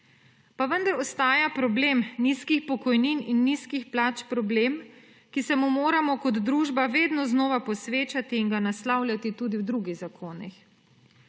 Pa vendar ostaja problem nizkih pokojnin in nizkih plač problem, ki se mu moramo kot družba vedno znova posvečati in ga naslavljati tudi v drugih zakonih.